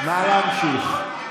נא להמשיך.